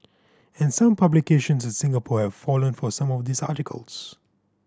and some publications in Singapore have fallen for some of these articles